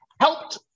helped